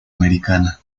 americana